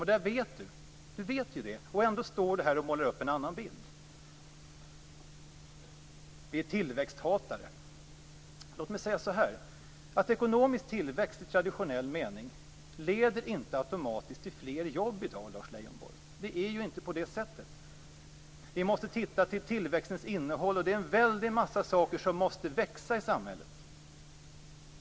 Och det vet Lars Leijonborg, men ändå står han här och målar upp en annan bild. Vi är tillväxthatare, säger Lars Leijonborg. Låt mig säga att ekonomisk tillväxt i traditionell mening inte automatiskt leder till fler jobb i dag, Lars Leijonborg. Det är ju inte på det sättet. Vi måste se till tillväxtens innehåll, och det är en mängd saker som måste växa i samhället.